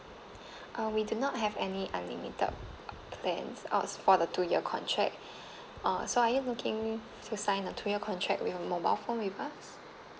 uh we do not have any unlimited plans uh for the two year contract uh so are you looking to sign a two year contract with a mobile phone with us